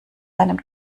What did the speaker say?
einem